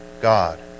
God